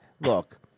Look